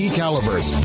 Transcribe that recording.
calibers